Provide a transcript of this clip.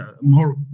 more